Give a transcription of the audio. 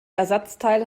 ersatzteil